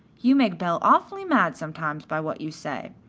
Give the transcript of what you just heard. you make belle awfully mad sometimes by what you say.